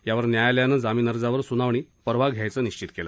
यावर न्यायालयानं जामीन अर्जावर सुनावणी परवा घ्यायचं निश्वित केलं